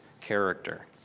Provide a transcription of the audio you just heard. character